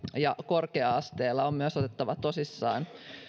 ja korkea asteella on myös otettava tosissaan